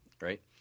right